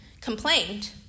complained